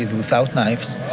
and without knives.